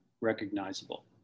recognizable